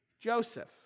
Joseph